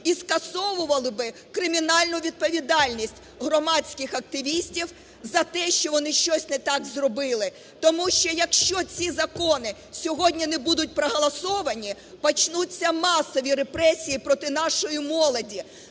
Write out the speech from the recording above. і скасовували би кримінальну відповідальність громадських активістів за те, що вони щось не так зробили. Тому що, якщо ці закони сьогодні не будуть проголосовані, почнуться масові репресії проти нашої молоді,